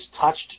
touched